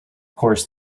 course